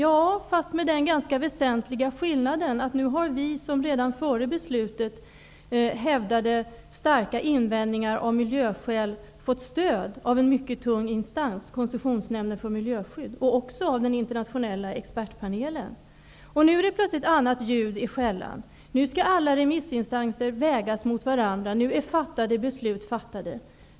Ja, fast med den ganska väsentliga skillnaden att vi som redan före beslutet hade starka invändningar av miljöskäl nu har fått stöd av en mycket tung instans -- Koncessionsnämnden för miljöskydd -- och också av den internationella expertpanelen. Nu är det plötsligt annat ljud i skällan. Nu skall alla remissinstanser vägas mot varandra. Nu är fattade beslut fattade.